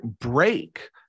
break